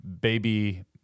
baby